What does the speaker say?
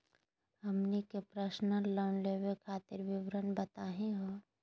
हमनी के personal loan लेवे खातीर विवरण बताही हो?